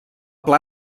pla